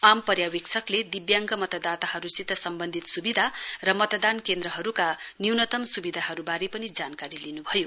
आम पर्यावेक्षकले दिव्याङ्ग मतदाताहरूसित सम्बन्धित सुविधा र मतदान केन्द्रहरूका न्यूनतम् सुविधाहरूबारे पनि जानकारी लिनुभयो